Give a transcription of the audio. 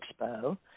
Expo